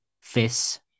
fists